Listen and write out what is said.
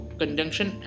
conjunction